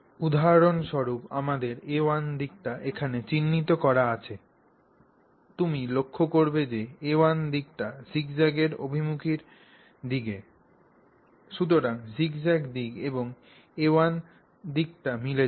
উদাহরণস্বরূপ আমাদের a1 দিকটি এখানে চিহ্নিত করা আছে তুমি লক্ষ্য করবে যে a1 দিকটি জিগজ্যাগের অভিমুখের দিকে সুতরাং জিগজ্যাগ দিক এবং a1 দিকটি মিলে যায়